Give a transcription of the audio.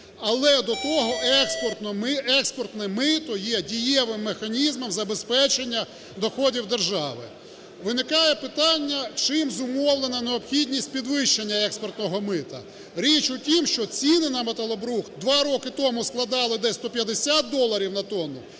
Але до того експортне мито є дієвим механізмом забезпечення доходів держави. Виникає питання: чим зумовлена необхідність підвищення експортного мита? Річ утім, що ціни на металобрухт два роки тому складали десь 150 доларів на тонну,